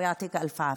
ויישר כוח.)